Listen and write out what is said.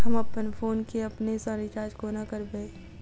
हम अप्पन फोन केँ अपने सँ रिचार्ज कोना करबै?